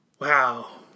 wow